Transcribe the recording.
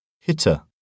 Hitter